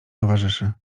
towarzyszy